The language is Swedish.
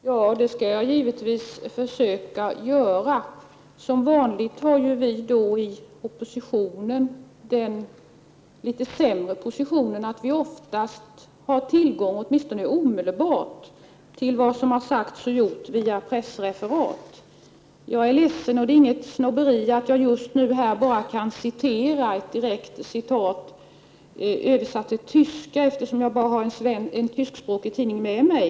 Herr talman! Det skall jag givetvis försöka göra. Som vanligt har vi i oppositionen den något sämre positionen att vi oftast, framför allt omedelbart, bara har tillgång till pressreferat om vad som har sagts och gjorts. Jag är ledsen för — det är inget snobberi— att jag just nu bara kan läsa upp ett citat på tyska, eftersom jag endast har en tyskspråkig tidning med mig.